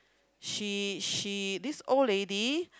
she she this old lady